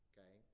Okay